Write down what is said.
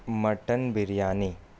mutton biryani